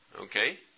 Okay